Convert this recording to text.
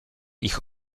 ich